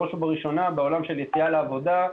בראש ובראשונה בעולם של יציאה לעבודה.